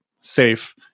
safe